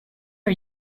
are